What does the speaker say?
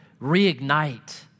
reignite